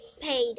paid